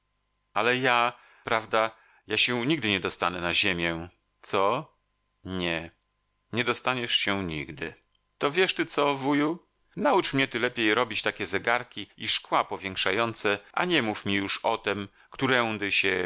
ale ja prawda ja się nigdy nie dostanę na ziemię co nie nie dostaniesz się nigdy to wiesz ty co wuju naucz mnie ty lepiej robić takie zegarki i szkła powiększające a nie mów mi już o tem którędy się